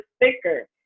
thicker